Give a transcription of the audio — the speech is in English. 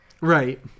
Right